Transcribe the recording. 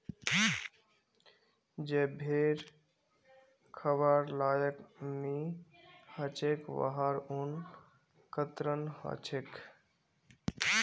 जे भेड़ खबार लायक नई ह छेक वहार ऊन कतरन ह छेक